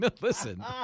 listen